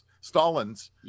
stalin's